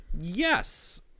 Yes